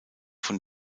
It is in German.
von